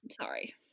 sorry